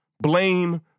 blame